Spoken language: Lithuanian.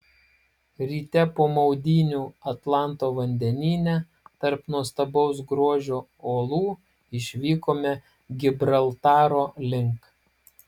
ryte po maudynių atlanto vandenyne tarp nuostabaus grožio uolų išvykome gibraltaro link